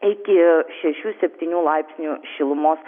iki šešių septynių laipsnių šilumos